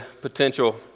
potential